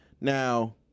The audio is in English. Now